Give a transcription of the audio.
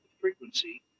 frequency